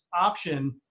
option